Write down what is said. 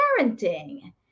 parenting